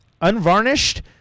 unvarnished